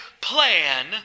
plan